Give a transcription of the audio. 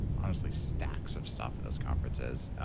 honestly, stacks of stuff at those conferences.